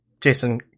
Jason